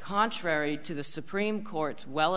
contrary to the supreme court's well